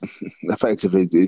effectively